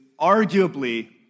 arguably